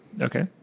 okay